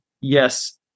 yes